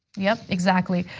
yep, exactly.